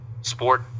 sport